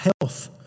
Health